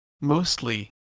Mostly